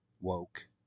woke